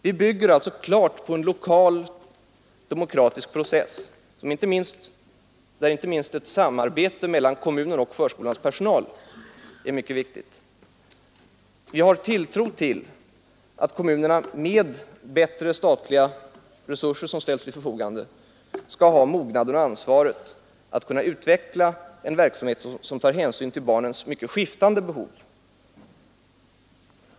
Vi bygger alltså klart på en lokal demokratisk process, där inte minst samarbetet mellan kommunen och förskolans personal är mycket viktigt. Vi tilltror kommunerna mognaden och ansvaret att med de bättre statliga resurser som ställs till förfogande kunna utveckla en verksamhet som tar hänsyn till barnens mycket skiftande behov.